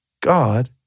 God